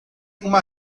uma